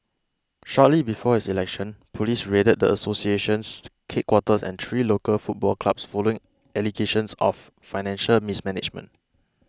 shortly before his election police raided the association's headquarters and three local football clubs following allegations of financial mismanagement